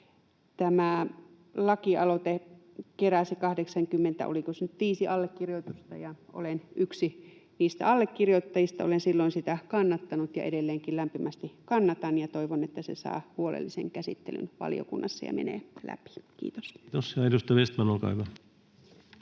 Tämä lakialoite keräsi, oliko se nyt, 85 allekirjoitusta, ja olen yksi niistä allekirjoittajista. Olen silloin sitä kannattanut ja edelleenkin lämpimästi kannatan ja toivon, että se saa huolellisen käsittelyn valiokunnassa ja menee läpi. — Kiitos. Kiitos. — Ja edustaja Vestman, olkaa hyvä.